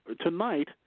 tonight